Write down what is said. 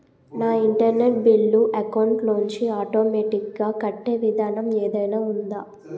నా internet bill account లోంచి automatic గా కట్టే విధానం ఏదైనా ఉందా?